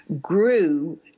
grew